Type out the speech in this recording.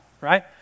right